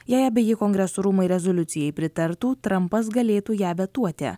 jei abeji kongreso rūmai rezoliucijai pritartų trampas galėtų ją vetuoti